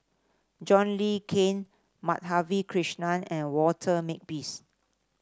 John Le Cain Madhavi Krishnan and Walter Makepeace